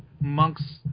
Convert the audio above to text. monks